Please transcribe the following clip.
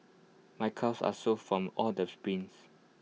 my calves are sore from all the sprints